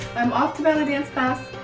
i'm off to belly dance class.